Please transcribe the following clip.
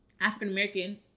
African-American